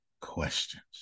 questions